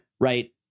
Right